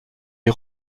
est